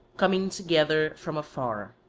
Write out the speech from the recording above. coming together from afar.